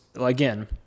again